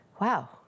wow